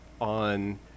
on